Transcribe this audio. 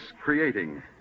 creating